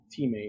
teammate